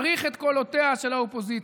צריך את כל קולותיה של האופוזיציה.